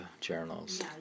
journals